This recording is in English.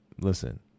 listen